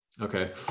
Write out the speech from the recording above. Okay